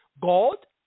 God